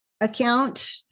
account